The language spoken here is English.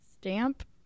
stamp